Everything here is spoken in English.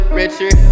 richer